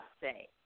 say